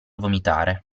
vomitare